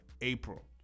April